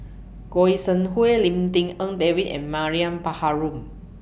Goi Seng Hui Lim Tik En David and Mariam Baharom